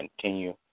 Continue